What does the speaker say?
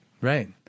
Right